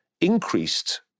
increased